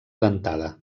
dentada